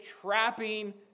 trapping